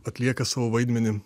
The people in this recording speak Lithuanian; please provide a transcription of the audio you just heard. atlieka savo vaidmenį